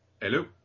Hello